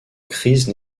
crise